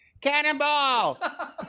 Cannonball